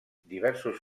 diversos